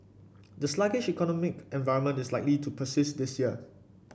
the sluggish economic environment is likely to persist this year